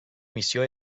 missió